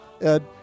Ed